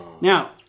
Now